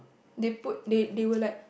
they put they they were like